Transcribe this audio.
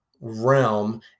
realm